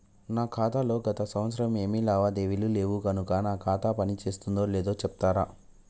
నా ఖాతా లో గత సంవత్సరం ఏమి లావాదేవీలు లేవు కనుక నా ఖాతా పని చేస్తుందో లేదో చెప్తరా?